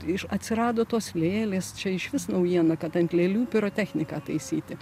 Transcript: iš atsirado tos lėlės čia išvis naujiena kad ant lėlių pirotechniką taisyti